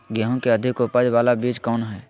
गेंहू की अधिक उपज बाला बीज कौन हैं?